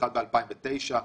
אחד ב-2009,